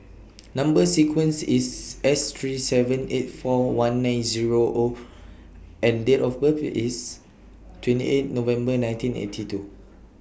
Number sequence IS S three seven eight four one nine Zero O and Date of birth IS twenty eight November nineteen eighty two